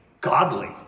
godly